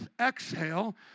exhale